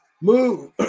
move